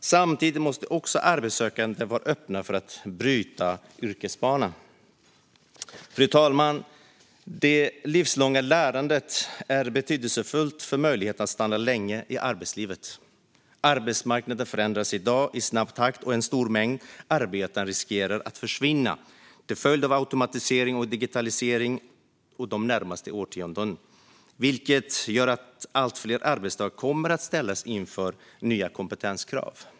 Samtidigt måste också arbetssökande vara öppna för att byta yrkesbana. Fru talman! Det livslånga lärandet är betydelsefullt för möjligheten att stanna länge i arbetslivet. Arbetsmarknaden förändras i dag i snabb takt, och en stor mängd arbeten riskerar att försvinna till följd av automatisering och digitalisering de närmsta årtiondena, vilket gör att allt fler arbetstagare kommer att ställas inför nya kompetenskrav.